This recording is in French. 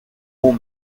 mont